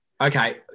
Okay